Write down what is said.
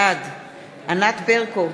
בעד ענת ברקו,